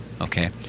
okay